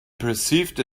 perceived